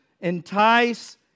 entice